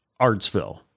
Artsville